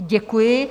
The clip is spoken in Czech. Děkuji.